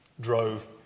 drove